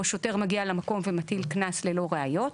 שוטר מגיע למקום ומטיל קנס ללא ראיות.